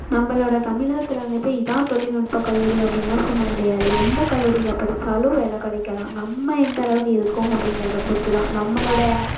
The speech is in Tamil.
நம்மளோடய தமிழகத்துல வந்துட்டு இதுதான் தொழில்நுட்ப கல்லூரி அப்படின்லாம் சொல்ல முடியாது எந்த கல்லூரியில் படித்தாலும் வேலை கிடைக்கலாம் நம்ம எந்த அளவுக்கு இருக்கோம் அப்படிங்கறதை பொறுத்துதான் நம்மளோடய